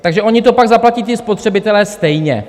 Takže oni to pak zaplatí ti spotřebitelé stejně.